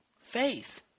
faith